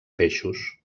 peixos